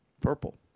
Purple